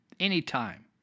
Anytime